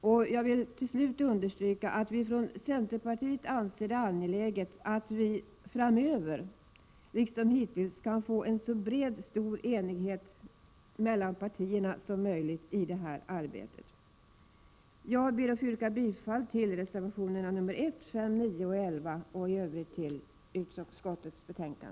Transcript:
Till slut vill jag understryka att vi från centerpartiet anser det angeläget att vi framöver liksom hittills kan få en så bred och stor enighet mellan partierna som möjligt i det här arbetet. Jag ber att få yrka bifall till reservationerna 1, 5, 9 och 11 samt i övrigt till utskottets hemställan.